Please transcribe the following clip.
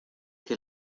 que